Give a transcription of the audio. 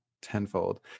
tenfold